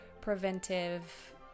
preventive